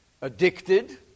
Addicted